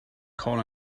call